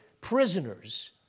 prisoners